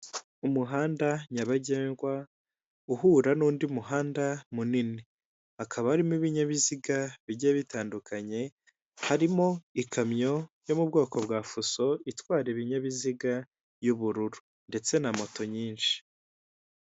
Icyumba kigaragara nkaho hari ahantu bigira ikoranabuhanga, hari abagabo babiri ndetse hari n'undi utari kugaragara neza, umwe yambaye ishati y'iroze undi yambaye ishati y'umutuku irimo utubara tw'umukara, imbere yabo hari amaterefoni menshi bigaragara ko bari kwihugura.